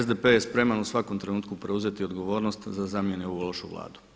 SDP je spreman u svakom trenutku preuzeti odgovornost da zamjeni ovu lošu Vladu.